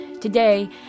Today